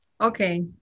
Okay